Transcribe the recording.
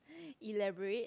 elaborate